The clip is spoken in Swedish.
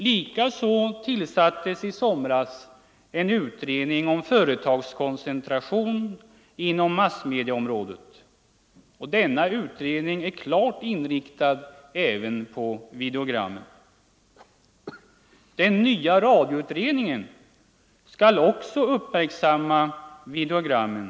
Likaså tillsattes i somras en utredning om företagskoncentration inom massmedieområdet. Denna utredning är klart inriktad även på videogrammen. Den nya radioutredningen skall enligt sina direktiv också uppmärksamma videogrammen.